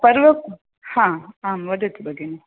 पर्व आम् आम् वदतु भगिनि